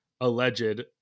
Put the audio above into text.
alleged